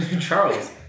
Charles